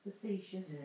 Facetious